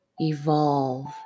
evolve